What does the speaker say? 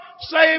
save